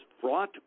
fraught